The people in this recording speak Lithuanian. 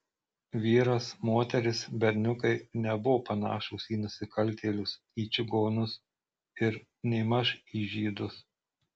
vyras moteris berniukai nebuvo panašūs į nusikaltėlius į čigonus ir nėmaž į žydus